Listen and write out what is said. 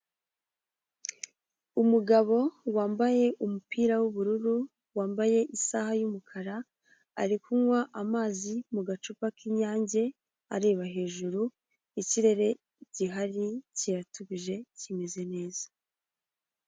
Umugabo wambaye umupira wubururu, wambaye isaha yumukara ari kunywa amazi mu gacupa k'inyange areba hejuru mukirere gihari kiratuje kimeze neza.